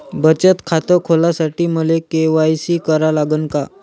बचत खात खोलासाठी मले के.वाय.सी करा लागन का?